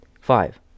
five